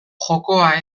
jokoa